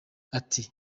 ati